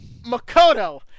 Makoto